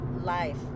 life